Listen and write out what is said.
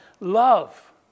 love